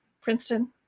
Princeton